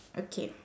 okay